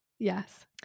Yes